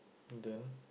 then